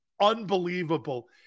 unbelievable